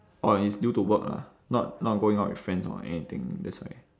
orh it's due to work lah not not going out with friends or anything that's why